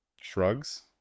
shrugs